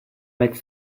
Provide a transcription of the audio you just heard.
mètre